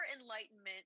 enlightenment